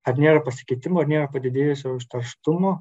ar nėra pasikeitimų ar nėra padidėjusio užterštumo